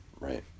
Right